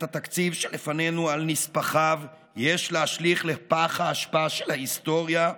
את התקציב שלפנינו על נספחיו יש להשליך לפח האשפה של ההיסטוריה,